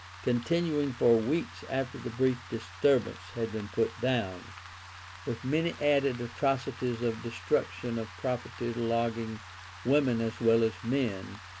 continuing for weeks after the brief disturbance had been put down with many added atrocities of destruction of property logging women as well as men,